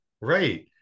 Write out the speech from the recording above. Right